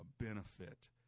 benefit